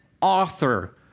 author